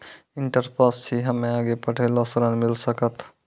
Inter pass छी हम्मे आगे पढ़े ला ऋण मिल सकत?